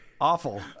awful